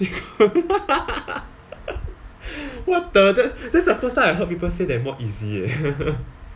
what the that that's the first time I heard people say that mod easy eh